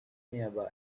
nearby